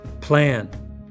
plan